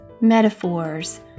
metaphors